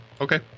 Okay